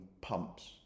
pumps